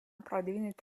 продвинуть